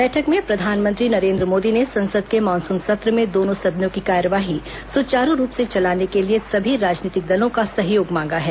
बैठक में प्रधानमंत्री नरेन्द्र मोदी ने संसद के मानसुन सत्र में दोनों सदनों की कार्यवाही सुचारू रूप से चलाने के लिए सभी राजनीतिक दलों का सहयोग मांगा है